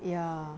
ya